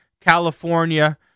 California